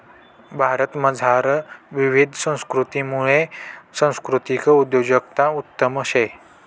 भारतमझार विविध संस्कृतीसमुये सांस्कृतिक उद्योजकता उत्तम शे